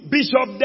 Bishop